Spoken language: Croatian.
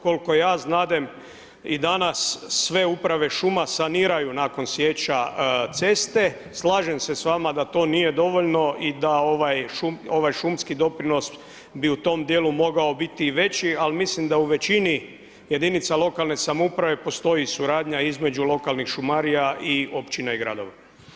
Koliko ja znadem i danas sve uprave šuma saniraju nakon sječa ceste, slažem se s vama da to nije dovoljno i da ovaj šumski doprinos bi u tom djelu mogao biti i veći ali mislim da u većini jedinica lokalne samouprave postoji suradnja između lokalnih šumarija i općina i gradova.